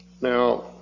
Now